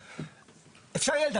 באפשרות,